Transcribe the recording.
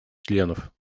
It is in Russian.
членов